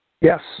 Yes